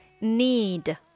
need